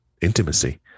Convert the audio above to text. intimacy